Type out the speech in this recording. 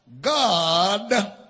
god